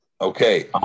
Okay